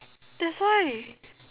that's why